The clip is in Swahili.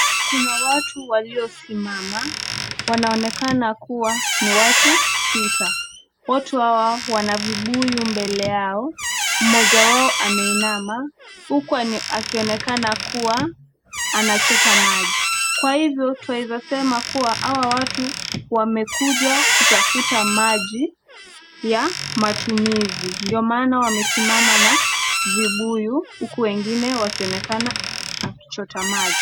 Kuna watu waliosimama. Wanaonekana kuwa ni watu sita. Wote hawa wana vibuyu mbele yao. Moja yao ameinama huku akionekana kuwa anachota maji. Kwa hivyo twaweza kusema kuwa hawa watu wamekuja kutafuta maji ya matumizi ndio maana wamesimama na vibuyu huku wengine wakichota maji.